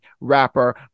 rapper